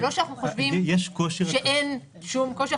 זה לא שאנחנו חושבים שאין שום קושי.